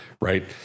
right